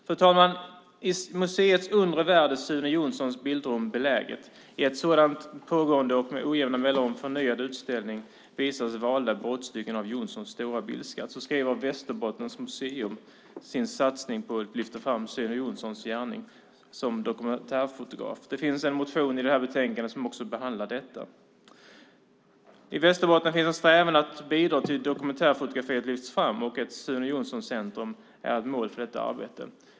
Fru talman! "I museets undre värld är Sune Jonssons bildrum beläget. I en ständigt pågående, och med ojämna mellanrum förnyad, utställning visas valda brottstycken av Jonssons stora bildskatt." Så skriver Västerbottens museum om sin satsning på att lyfta fram Sune Jonssons gärning som dokumentärfotograf. I betänkandet behandlas en motion där detta tas upp. I Västerbotten finns en strävan att bidra till att dokumentärfotografering lyfts fram. Ett Sune Jonsson-centrum är ett mål för detta arbete.